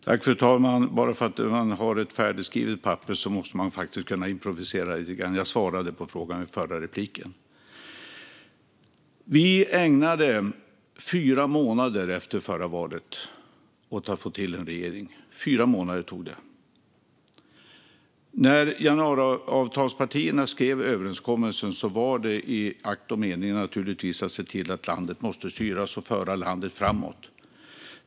Fru talman! Även om man har ett färdigskrivet papper måste man faktiskt kunna improvisera lite grann. Jag svarade på frågan i den förra repliken. Vi ägnade fyra månader efter förra valet åt att få till en regering. Fyra månader tog det. När januariavtalspartierna skrev överenskommelsen var det naturligtvis i akt och mening att se till att landet kunde styras och föras framåt.